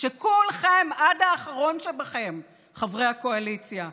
שכולכם, עד האחרון שבכם, חברי הקואליציה,